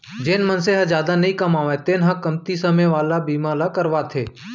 जेन मनसे ह जादा नइ कमावय तेन ह कमती समे वाला बीमा ल करवाथे